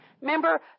remember